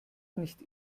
nicht